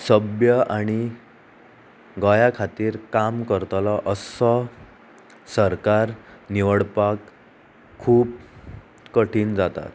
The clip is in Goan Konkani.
सभ्य आनी गोंया खातीर काम करतलो असो सरकार निवडपाक खूब कठीण जातात